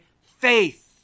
faith